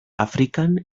afrikan